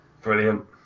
Brilliant